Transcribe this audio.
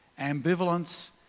Ambivalence